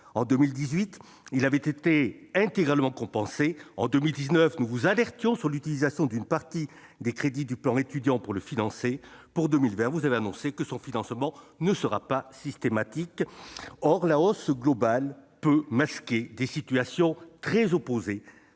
En 2018, il avait été intégralement compensé. En 2019, nous vous alertions sur l'utilisation d'une partie des crédits du plan Étudiants pour le financer. Pour 2020, vous avez annoncé que son financement ne sera pas systématique. Or la hausse globale peut masquer des situations très opposées,